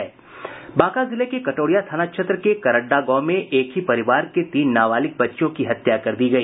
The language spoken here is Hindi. बांका जिले के कटोरिया थाना क्षेत्र के करड्डा गांव में एक ही परिवार के तीन नाबालिग बच्चियों की हत्या कर दी गई